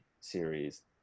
series